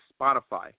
Spotify